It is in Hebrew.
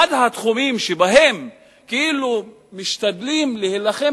אחד התחומים שבהם כאילו משתדלים להילחם